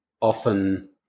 often